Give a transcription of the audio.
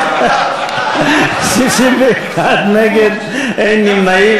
61 נגד, אין נמנעים.